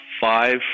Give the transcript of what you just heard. five